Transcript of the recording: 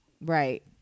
right